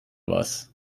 was